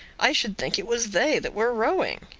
i should think it was they that were rowing.